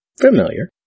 familiar